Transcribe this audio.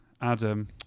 Adam